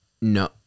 No